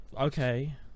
Okay